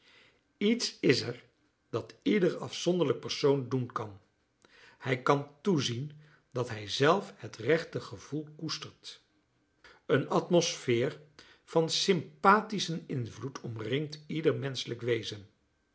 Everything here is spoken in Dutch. iets is er dat ieder afzonderlijk persoon doen kan hij kan toezien dat hij zelf het rechte gevoel koestert een atmosfeer van sympathetischen invloed omringt ieder menschelijk wezen